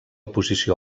posició